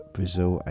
Brazil